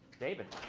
david.